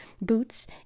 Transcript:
boots